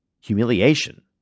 Humiliation